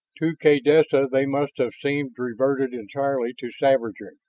to kaydessa they must have seemed reverted entirely to savagery.